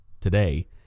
today